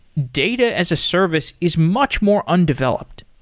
data as a service is much more undeveloped.